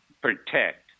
protect